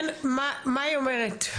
כן, מה היא אומרת?